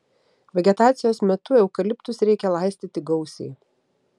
vegetacijos metu eukaliptus reikia laistyti gausiai